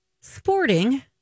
sporting